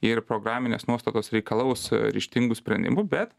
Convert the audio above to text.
ir programinės nuostatos reikalaus ryžtingų sprendimų bet